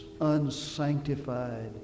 unsanctified